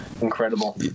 incredible